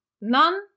none